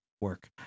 work